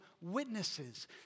witnesses